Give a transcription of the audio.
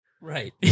Right